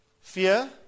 fear